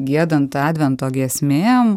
giedant advento giesmėm